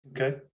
Okay